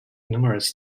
numerous